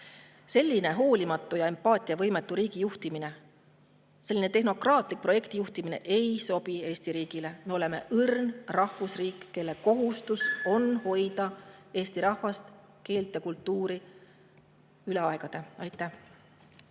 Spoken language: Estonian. Selline hoolimatu ja empaatiavõimetu riigi juhtimine ning selline tehnokraatlik projektijuhtimine ei sobi Eesti riigile. Me oleme õrn rahvusriik, kelle kohustus on hoida Eesti rahvast, keelt ja kultuuri läbi aegade. Aitäh!